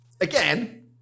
again